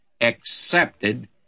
accepted